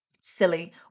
silly